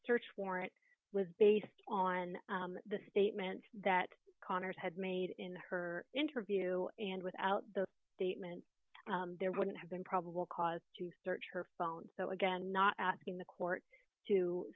search warrant was based on the statement that connor's had made in her interview and without the statement there wouldn't have been probable cause to search her phone so again not asking the court to